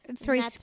Three